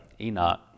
Enoch